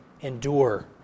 endure